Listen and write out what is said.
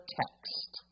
text